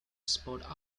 spotted